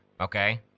okay